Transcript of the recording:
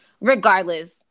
Regardless